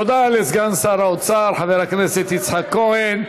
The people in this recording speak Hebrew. תודה לסגן שר האוצר חבר הכנסת יצחק כהן.